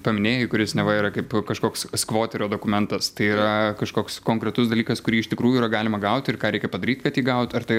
paminėjai kuris neva yra kaip kažkoks skvoterio dokumentas tai yra kažkoks konkretus dalykas kurį iš tikrųjų yra galima gauti ir ką reikia padaryt kad įgauti ar tai